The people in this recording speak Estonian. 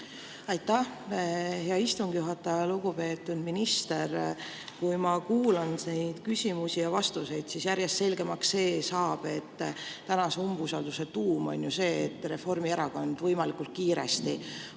Aitäh, hea istungi juhataja! Lugupeetud minister! Kui ma kuulan neid küsimusi ja vastuseid, siis järjest selgemaks saab, et tänase umbusalduse tuum on see, et Reformierakond on võimalikult kiiresti